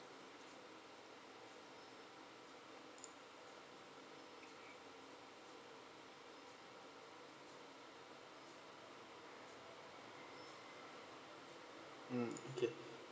mm okay